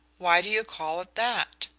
why do you call it that?